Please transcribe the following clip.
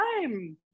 time